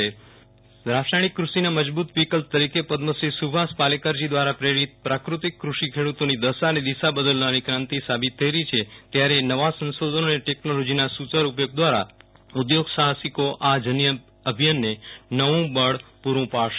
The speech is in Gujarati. તેમણે જણાવ્યુ હતુ કે રાસાયણિક કૃષિના મજબૂત વિકલ્પ તરીકે પદ્મશ્રી સુભાષ પાલેકરજી દ્વારા પ્રેરિત પ્રાફતિક ફષિ ખેડૂતોની દશા અને દિશા બદલનારી ક્રાંતિ સાબિત થઇ રહી છે ત્યારે ઇનોવેશન નવા સંશોધનો અને ટેકનોલોજીના સુચારુ ઉપયોગ દ્વારા ઉદ્યોગ સાહસિકો આ જનઅભિયાનને નવુ બળ પૂરું પાડશે